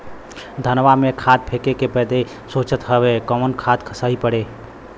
धनवा में खाद फेंके बदे सोचत हैन कवन खाद सही पड़े?